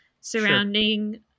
surrounding